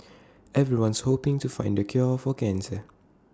everyone's hoping to find the cure for cancer